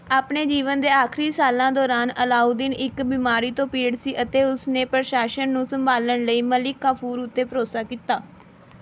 ਆਪਣੇ ਜੀਵਨ ਦੇ ਆਖਰੀ ਸਾਲਾਂ ਦੌਰਾਨ ਅਲਾਓਦੀਨ ਇੱਕ ਬਿਮਾਰੀ ਤੋਂ ਪੀੜਤ ਸੀ ਅਤੇ ਉਸ ਨੇ ਪ੍ਰਸ਼ਾਸਨ ਨੂੰ ਸੰਭਾਲਣ ਲਈ ਮਲਿਕ ਕਾਫੂਰ ਉੱਤੇ ਭਰੋਸਾ ਕੀਤਾ